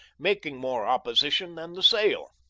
making more opposition than the sail.